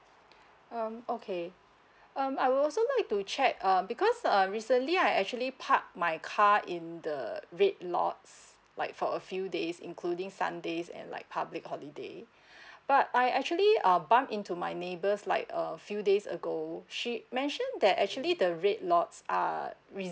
um okay um I would also like to check uh because err recently I actually park my car in the red lots like for a few days including sundays and like public holiday but I actually uh bump into my neighbours like uh a few days ago she mention that actually the red lots are reserved